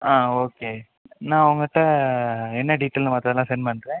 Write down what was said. ஆ okay நான் உங்ககிட்ட என்ன டீடைல்ன்னு மற்றதெல்லாம் சென்ட் பண்ணுறேன்